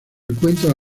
encuentra